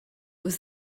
was